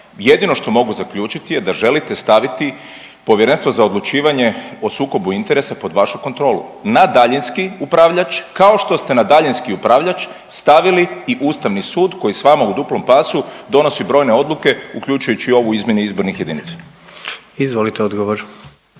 Jedino što mogu zaključiti je da želite staviti Povjerenstvo za odlučivanje o sukobu interesa pod vašu kontrolu na daljinski upravljač, kao što ste na daljinski upravljač stavili i ustavni sud koji s vama u duplom pasu donosi brojne odluke uključujući i ovu o izmjeni izbornih jedinica. **Jandroković,